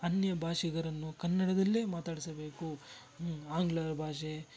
ಅನ್ಯ ಭಾಷಿಗರನ್ನು ಕನ್ನಡದಲ್ಲೇ ಮಾತಾಡಿಸಬೇಕು ಹ್ಞೂ ಆಂಗ್ಲರ ಭಾಷೆ